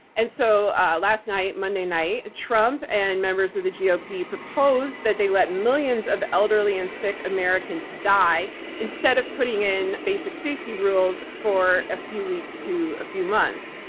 and so last night, monday night, trump and members of the gop ah proposed that they let millions of elderly and sick americans die instead of putting in basic safety rules for a few weeks to a few months.